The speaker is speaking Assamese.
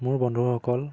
মোৰ বন্ধুসকল